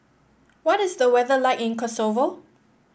what is the weather like in Kosovo